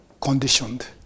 conditioned